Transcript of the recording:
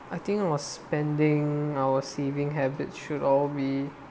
I think it was spending our saving habits should all be